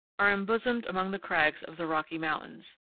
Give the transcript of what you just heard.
are embosomed among the crags of the rocky mountains.